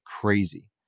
crazy